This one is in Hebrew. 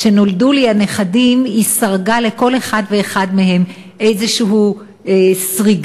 כשנולדו לי הנכדים היא סרגה לכל אחד ואחד מהם איזושהי סריגה,